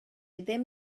ddim